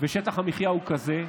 וששטח המחיה הוא כזה,